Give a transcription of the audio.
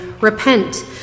Repent